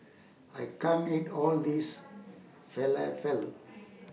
I can't eat All This Falafel